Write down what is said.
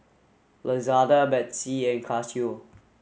Lazada Betsy and Casio